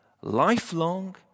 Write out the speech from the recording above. lifelong